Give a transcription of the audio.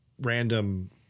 random